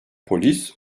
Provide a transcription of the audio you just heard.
polis